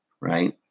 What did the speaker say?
Right